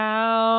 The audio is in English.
Now